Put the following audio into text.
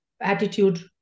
attitude